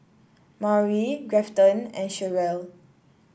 Maury Grafton and Cheryle